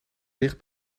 dicht